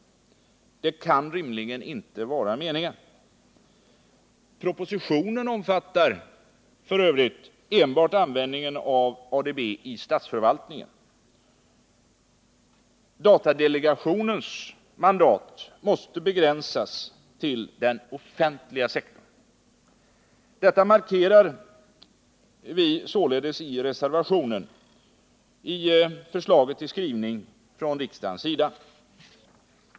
Det kan rimligen inte vara meningen. Propositionen omfattar f.ö. enbart användningen av ADB i statsförvaltningen. Datadelegationens mandat måste begränsas till den offentliga sektorn. Detta markerar vi i vårt förslag till riksdagsskrivning.